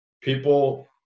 people